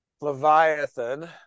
Leviathan